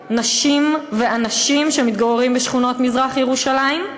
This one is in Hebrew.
מ-300,000 נשים ואנשים שמתגוררים בשכונות מזרח-ירושלים.